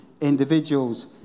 individuals